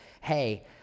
hey